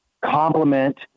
complement